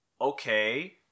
okay